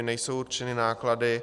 Nejsou určeny náklady.